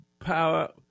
power